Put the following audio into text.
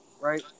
right